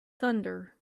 thunder